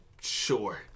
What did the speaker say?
Sure